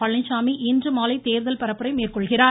பழனிசாமி இன்று மாலை தேர்தல் பரப்புரை மேற்கொள்கிறார்